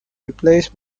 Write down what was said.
replaced